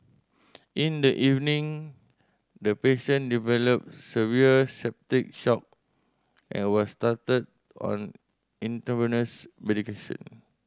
in the evening the patient developed severe septic shock and was started on intravenous medication